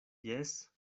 jes